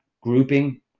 grouping